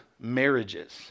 marriages